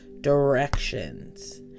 directions